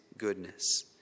goodness